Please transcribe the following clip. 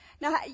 Now